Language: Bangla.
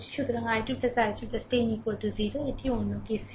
সুতরাং i2 i3 10 0 এটি অন্য KCL